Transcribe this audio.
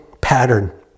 pattern